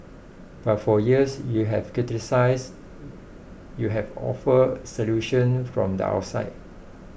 but for years you have criticised you have offered solutions from the outside